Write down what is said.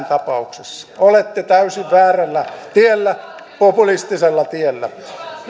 tapauksessa olette täysin väärällä tiellä populistisella tiellä